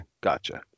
Gotcha